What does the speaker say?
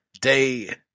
Day